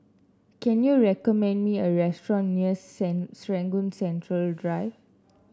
can you recommend me a restaurant near Serangoon Central Drive